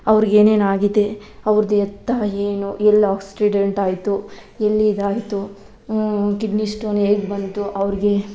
ಅವ್ರಿಗೆ ಏನೇನು ಆಗಿದೆ ಅವ್ರ್ದು ಎತ್ತ ಏನು ಎಲ್ಲಿ ಆ್ಯಕ್ಸಿಡೆಂಟ್ ಆಯಿತು ಎಲ್ಲಿ ಇದಾಯಿತು ಕಿಡ್ನಿ ಸ್ಟೋನ್ ಹೇಗೆ ಬಂತು ಅವ್ರಿಗೆ